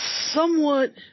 somewhat